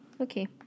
Okay